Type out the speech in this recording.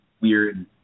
weird